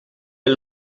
est